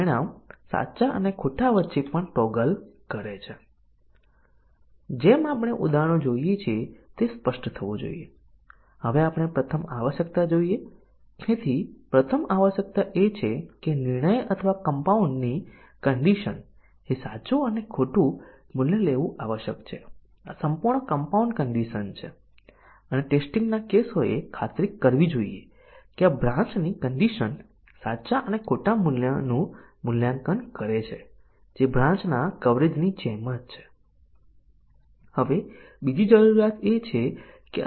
બીજી સમસ્યા એ વેરિયેબલ વચ્ચે આધાર છે ઉદાહરણ તરીકે જો આપણે કોઈ પાત્ર ચકાસી રહ્યા છીએ કે આપણે કોઈ પાત્ર વાંચી રહ્યા છીએ અને તપાસ કરી રહ્યા છીએ કે તે A અથવા E છે કે આપણે આ અભિવ્યક્તિ અક્ષર લખીશું કે એ છે અથવા અક્ષર E છે પરંતુ તે પછી બહુવિધ કન્ડિશન નું કવરેજ પ્રાપ્ત કરવા માટે આ શક્ય બનશે નહીં કારણ કે આમાંથી તે શ્રેષ્ઠ એક પણ સાચી હોઈ શકે છે આ માટે આપણે સાચું સાચું હોઈ શકતા નથી